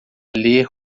ler